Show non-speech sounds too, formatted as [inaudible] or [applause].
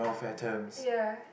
[breath] yeah